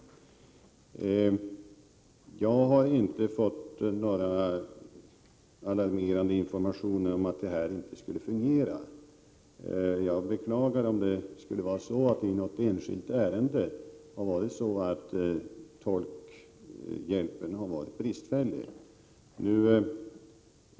Jag har inte fått några alarmerande informationer om att detta inte skulle fungera. Jag beklagar om det i något enskilt ärende förhållit sig så att tolkhjälpen varit bristfällig.